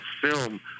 film